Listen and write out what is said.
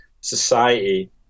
society